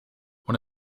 one